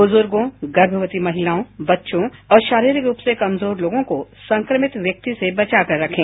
बुजुगों गर्भवती महिलाओं बच्चों और शारीरिक रूप से कमजोर लोगों को संक्रमित व्यक्ति से बचाकर रखें